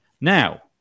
Now